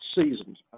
seasoned